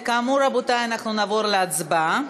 כאמור, רבותי, אנחנו נעבור להצבעה.